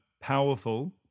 powerful